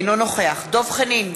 אינו נוכח דב חנין,